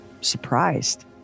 surprised